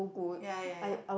ya ya ya